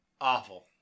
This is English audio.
Awful